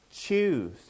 Choose